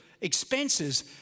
expenses